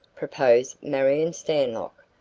proposed marion stanlock.